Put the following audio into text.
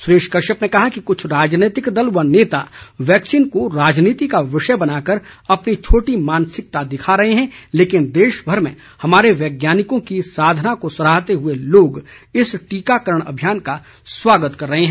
सुरेश कश्यप ने कहा कि कुछ राजनीतिक दल व नेता वैक्सीन को राजनीति का विषय बनाकर अपनी छोटी मानसिकता दिखा रहे हैं लेकिन देशभर में हमारे वैज्ञानिकों की साधना को सराहते हुए लोग इस टीकाकरण अभियान का स्वागत कर रहे हैं